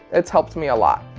it's helped me a lot.